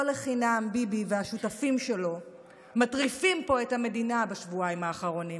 לא לחינם ביבי והשותפים שלו מטריפים פה את המדינה בשבועיים האחרונים.